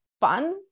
fun